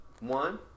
one